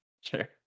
sure